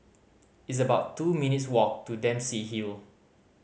it's about two minutes' walk to Dempsey Hill